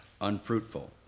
unfruitful